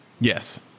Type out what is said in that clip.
Yes